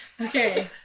Okay